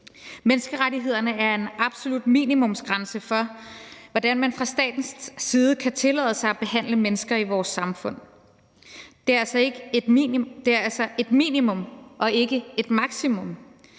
Menneskerettighederne er en absolut minimumsgrænse for, hvordan man fra statens side kan tillade sig at behandle mennesker i vores samfund. Det er altså et minimum og ikke et maksimum.